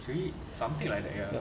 three something like that ya